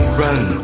run